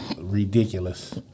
ridiculous